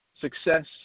success